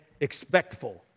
expectful